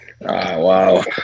Wow